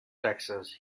texas